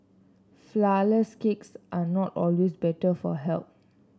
flour less cakes are not always better for health